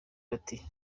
bati